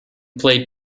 played